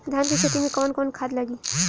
धान के खेती में कवन कवन खाद लागी?